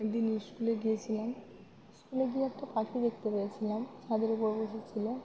একদিন স্কুলে গিয়েছিলাম স্কুলে গিয়ে একটা পাখি দেখতে পেয়েছিলাম ছাদের উপর বসে ছিল